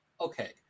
Okay